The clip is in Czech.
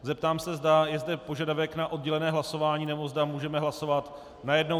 Zeptám se, zda je zde požadavek na oddělené hlasování, nebo zda můžeme hlasovat najednou.